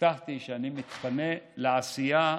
הבטחתי שאני מתפנה לעשייה,